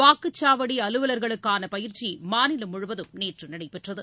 வாக்குச்சாவடிஅலுவல்களுக்கானபயிற்சிமாநிலம் முழுவதும் நேற்றுநடைபெற்றது